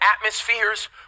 atmospheres